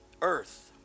earth